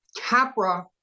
capra